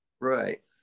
Right